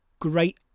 great